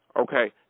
Okay